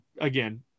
again